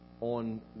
on